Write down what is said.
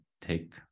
take